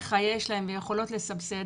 שלדבריך יש להן ויכולות לסבסד,